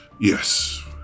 yes